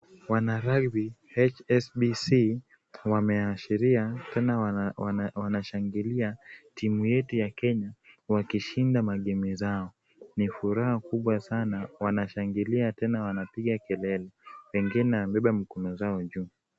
Wanarugby HSBC wameashiria tena wanashangilia timu yetu ya Kenya wakishinda magemu zao. Ni furaha kubwa sana wanashangilia tena wanapiga kelele. Wengine wamebeba mikono zao juu.